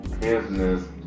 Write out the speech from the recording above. business